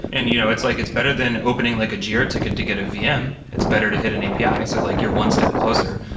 and you know it's like it's better than opening like a jira ticket to get a vm. it's better to hit an api, so like you're one step closer.